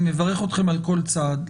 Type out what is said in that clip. אני מברך אתכם על כל הצעד,